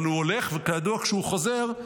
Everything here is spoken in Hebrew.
אבל הוא הולך, וכידוע, כשהוא חוזר,